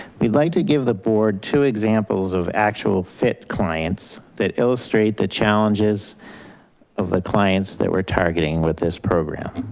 we'd like to give the board two examples of actual fit clients that illustrate the challenges of the clients that we're targeting with this program.